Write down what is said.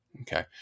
Okay